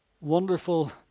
wonderful